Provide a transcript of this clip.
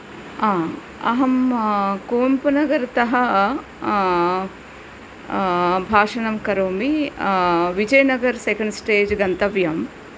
आ अहं कुवेम्पूनगरतः भाषणं करोमि विजयनगर् सेकेंड् स्टेज् गन्तव्यम्